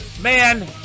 Man